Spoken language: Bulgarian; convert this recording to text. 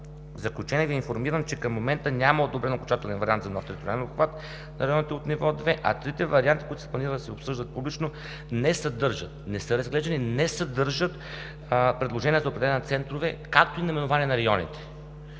В заключение Ви информирам, че към момента няма одобрен окончателен вариант за нов териториален обхват на районите от ниво 2, а трите варианта, които се планира да се обсъждат публично, не са разглеждани и не съдържат предложения за определяне на центрове и наименования на районите.